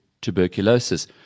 tuberculosis